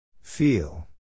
Feel